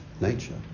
nature